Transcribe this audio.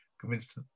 convinced